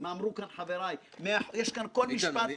כי אם יש דבר שברור שלא היה פה זה מעורבות פוליטית,